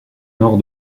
nord